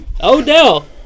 Odell